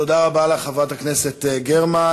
תודה רבה לך, חברת הכנסת גרמן.